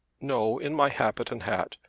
no in my habit and hat.